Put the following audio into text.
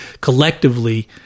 collectively